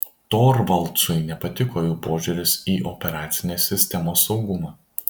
torvaldsui nepatiko jų požiūris į operacinės sistemos saugumą